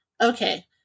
Okay